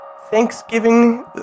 Thanksgiving